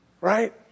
right